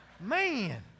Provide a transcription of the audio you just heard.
Man